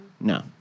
No